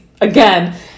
again